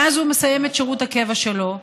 ואז הוא מסיים את שירות הקבע שלו,